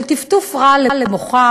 של טפטוף רעל למוחם,